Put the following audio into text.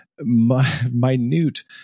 minute